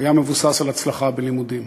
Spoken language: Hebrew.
היה מבוסס על הצלחה בלימודים,